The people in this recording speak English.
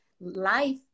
life